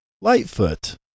Lightfoot